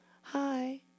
Hi